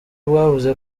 bwavuze